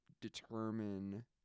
determine